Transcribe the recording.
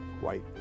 white